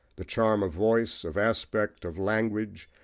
the charm of voice, of aspect, of language,